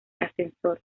ascensor